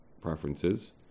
preferences